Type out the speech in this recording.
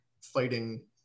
fighting